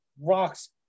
rocks